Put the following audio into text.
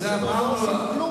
אז לא עושים כלום.